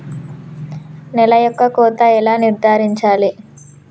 నేల యొక్క కోత ఎలా నిర్ధారించాలి?